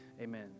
amen